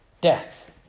death